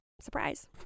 Surprise